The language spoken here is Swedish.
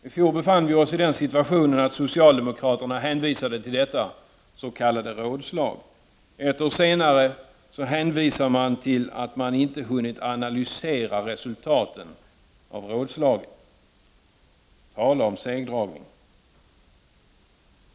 I fjol befann vi oss i den situationen att socialdemokraterna hänvisade till detta s.k. rådslag. Ett år senare hänvisar de till att de inte hunnit analysera resultaten av rådslaget. Tala om segdragning.